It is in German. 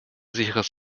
sicheres